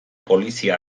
polizia